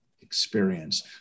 experience